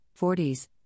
40s